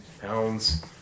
pounds